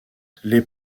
les